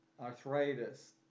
arthritis